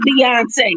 Beyonce